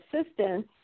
assistance